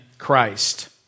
Christ